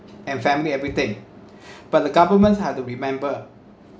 and family everything but the government had to remember